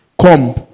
Come